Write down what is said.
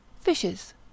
Fishes